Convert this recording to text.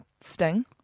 sting